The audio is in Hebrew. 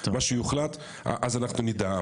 מה שיוחלט אז אנחנו נדע,